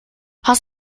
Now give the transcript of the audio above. hast